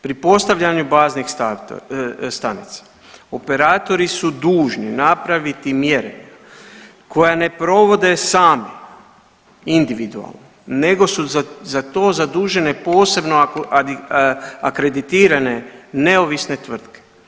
Pri postavljanju baznih stanica operatori su dužni napraviti mjere koje ne provode sami individualno nego su za to zadužene posebno akreditirane neovisne tvrtke.